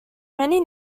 many